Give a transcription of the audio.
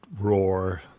roar